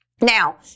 Now